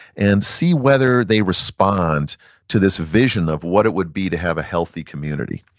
and see whether they respond to this vision of what it would be to have a healthy community.